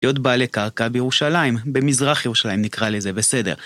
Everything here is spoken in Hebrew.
להיות בעלי קרקע בירושלים, במזרח ירושלים, נקרא לזה, בסדר.